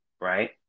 right